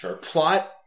plot